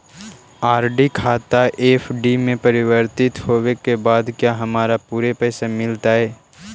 RD खाता FD में परिवर्तित होवे के बाद क्या हमारा पूरे पैसे मिलतई